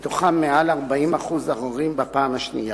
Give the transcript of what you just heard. מתוכם מעל 40% עוררים בפעם השנייה.